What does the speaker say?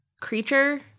creature